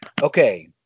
Okay